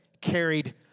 carried